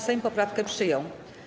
Sejm poprawkę przyjął.